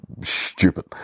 stupid